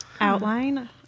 Outline